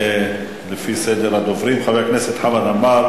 לפי סדר הדוברים, את חבר הכנסת חמד עמאר